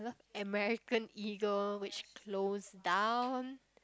American Eagle which close down